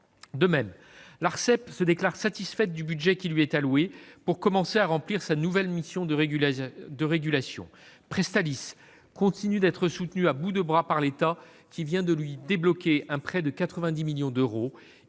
presse (Arcep) se déclare satisfaite du budget qui lui est alloué pour commencer à remplir sa nouvelle mission de régulation. Presstalis continue d'être soutenu à bout de bras par l'État, qui vient de débloquer un prêt de 90 millions d'euros.